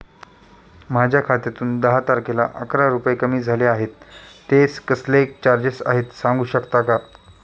माझ्या खात्यातून दहा तारखेला अकरा रुपये कमी झाले आहेत ते कसले चार्जेस आहेत सांगू शकता का?